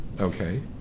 Okay